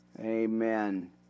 Amen